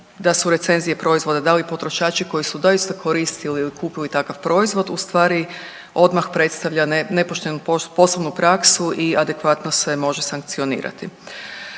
da su recenzije proizvoda, da li potrošači koji su doista koristili ili kupuju takav proizvod ustvari odmah predstavlja nepoštenu poslovnu praksu i adekvatno se može sankcionirati.